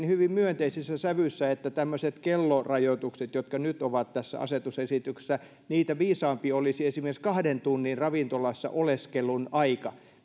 hyvin myönteisessä sävyssä että tämmöisiä kellorajoituksia jotka nyt ovat tässä asetusesityksessä viisaampi olisi esimerkiksi kahden tunnin ravintolassa oleskelun aika